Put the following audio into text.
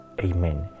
Amen